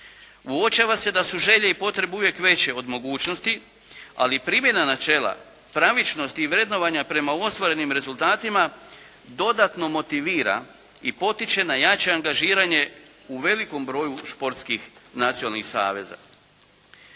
Uočava se da su želje i potrebe uvijek veće od mogućnosti, ali primjena načela, pravičnosti i vrednovanja prema osvojenim rezultatima dodatno motivira i potiče na jače angažiranje u velikom broju športskih nacionalnih saveza.